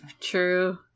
true